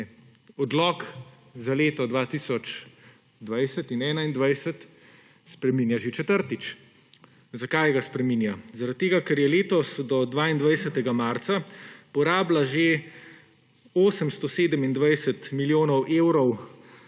Odlok za leti 2020 in 2021 spreminja že četrtič. Zakaj ga spreminja? Zaradi tega, ker je letos do 22. marca porabila že 827 milijonov evrov